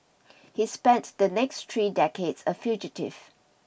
he spent the next three decades a fugitive